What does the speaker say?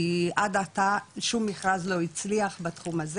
כי עד עתה שום מכרז לא הצליח בתחום הזה,